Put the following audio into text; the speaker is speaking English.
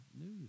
news